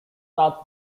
south